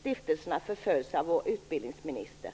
stiftelserna förföljs av vår utbildningsminister.